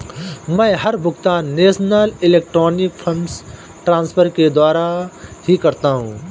मै हर भुगतान national electronic funds transfer के द्वारा ही करता हूँ